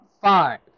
five